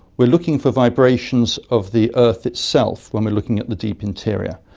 we're looking for vibrations of the earth itself when we're looking at the deep interior,